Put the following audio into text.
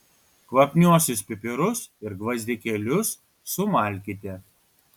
kvapniuosius pipirus ir gvazdikėlius sumalkite